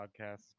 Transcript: podcast